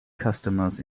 customers